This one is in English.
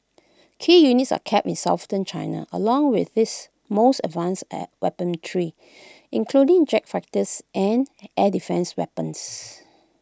key units are kept in southern China along with this most advanced air weapon tree including jet fighters and air defence weapons